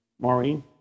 Maureen